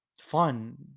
fun